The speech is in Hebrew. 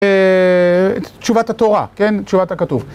תשובת התורה, תשובת הכתוב.